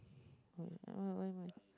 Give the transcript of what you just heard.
uh why why why